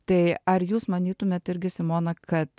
tai ar jūs manytumėt irgi simoną kad